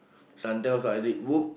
sometimes I read book